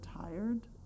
tired